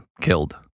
killed